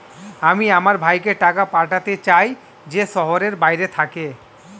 আমি আমার ভাইকে টাকা পাঠাতে চাই যে শহরের বাইরে থাকে